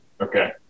Okay